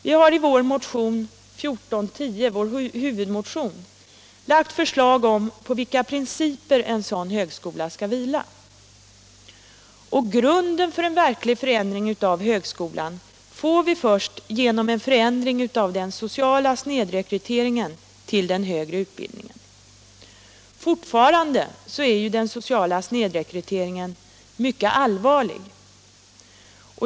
Vi har i vår huvudmotion 1410 lagt fram förslag om på vilka principer en sådan högskola skall vila. Och grunden för en verklig förändring av högskolan får vi först genom en förändring av den sociala snedrekryteringen till den högre utbildningen. Fortfarande är den sociala snedrekryteringen mycket allvarlig.